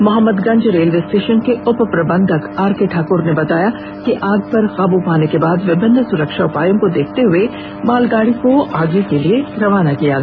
Mohammadganj railway station के उप प्रबंधक आर के ठाकर ने बताया कि आग पर काब पाने के बाद विभिन्न सुरक्षा उपायों को देखते हुए मालगाड़ी को आगे के लिए रवाना किया गया